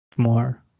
more